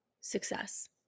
success